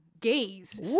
gaze